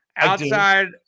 Outside